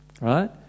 Right